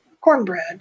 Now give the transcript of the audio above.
cornbread